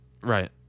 Right